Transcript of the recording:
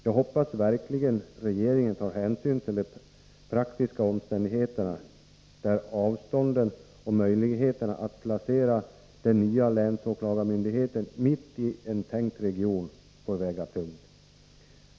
Jag hoppas verkligen att regeringen tar hänsyn till de praktiska omständigheterna, där avstånden och möjligheterna att placera den nya länsåklagarmyndigheten mitt i en tänkt region får väga tungt.